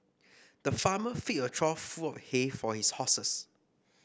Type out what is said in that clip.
the farmer filled a trough full of hay for his horses